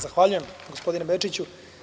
Zahvaljujem gospodine Bečiću.